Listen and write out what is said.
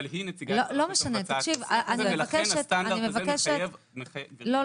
אבל היא נציגת הרשות המבצעת ולכן הסטנדרט הזה מחייב --- לא,